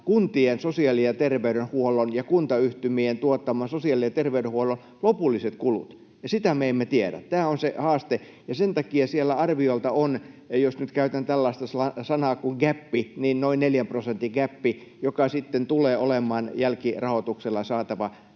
kuntien sosiaali- ja terveydenhuollon ja kuntayhtymien tuottaman sosiaali- ja terveydenhuollon lopulliset kulut, ja sitä me emme tiedä. Tämä on se haaste. Ja sen takia siellä arviolta on — jos nyt käytän tällaista sanaa kuin ”gäppi” — noin neljän prosentin gäppi, joka sitten tulee olemaan jälkirahoituksella saatava